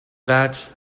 that